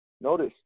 Notice